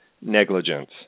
negligence